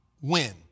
Win